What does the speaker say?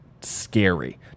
scary